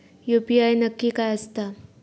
UPI नक्की काय आसता?